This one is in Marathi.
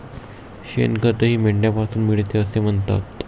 शेणखतही मेंढ्यांपासून मिळते असे म्हणतात